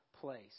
place